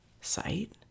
site